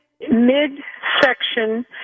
mid-section